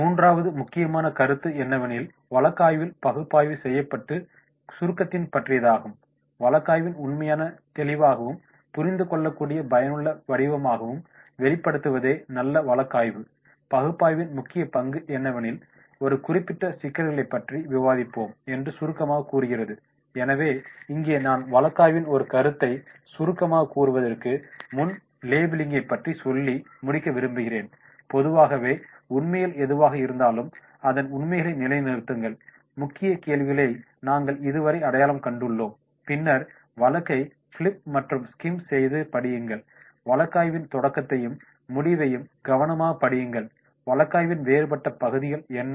மூன்றாவது முக்கியமான கருத்து என்னவெனில் வழக்காய்வில் பகுப்பாய்வு செயல்பாட்டின் சுருக்கத்தைப் பற்றியதாகும் வழக்காய்வின் உண்மைகளை தெளிவாகவும் புரிந்துகொள்ளக்கூடிய பயனுள்ள வடிவமாகவும் வெளிப்படுத்துவதே நல்ல வழக்காய்வு பகுப்பாய்வின் முக்கிய பங்கு என்னவெனில் ஒரு குறிப்பிட்ட சிக்கல்களைப் பற்றி விவாதிப்போம் என்று சுருக்கமாக கூறுகிறது எனவே இங்கே நான் வழக்காய்வின் ஒரு கருத்தை சுருக்கமாகச் கூறுவதற்கு முன் லேபிளிங்கை பற்றி சொல்லி முடிக்க விரும்புகிறேன் பொதுவாகவே உண்மைகள் எதுவாக இருந்தாலும் அதன் உண்மைகளை நிலைநிறுத்துங்கள் முக்கிய கேள்விகளை நாங்கள் இதுவரை அடையாளம் கண்டுள்ளோம் பின்னர் வழக்கை பிலிப் மற்றும் ஸ்கிம் செய்து படியுங்கள் வழக்காய்வின் தொடக்கத்தையும் முடிவையும் கவனமாகப் படியுங்கள் வழக்காய்வின் வேறுபட்ட பகுதிகள் என்ன